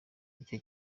icyo